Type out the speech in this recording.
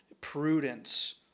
Prudence